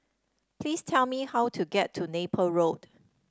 please tell me how to get to Napier Road